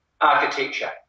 architecture